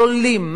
זולים,